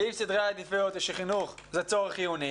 ואם סדרי העדיפויות הן שחינוך זה צורך חיוני,